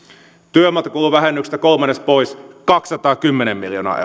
työmatkakuluvähennyksestä kolmannes pois kaksisataakymmentä miljoonaa euroa